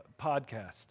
podcast